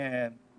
משלם